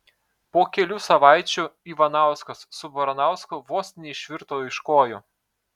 po kelių savaičių ivanauskas su baranausku vos neišvirto iš kojų